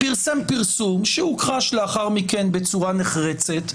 פרסם פרסום, שהוכחש לאחר מכן בצורה נחרצת.